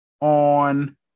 on